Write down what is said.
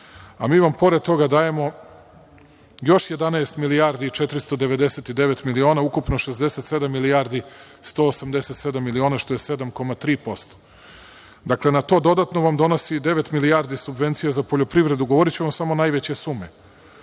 Mi vam pored toga dajem još 11 milijardi 499 miliona, ukupno 67 milijardi 187 miliona, što je 7,3%. Dakle, na to dodatno vam donosi i devet milijardi subvencija za poljoprivredu, govoriću vam samo najveće sume,